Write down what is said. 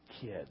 kid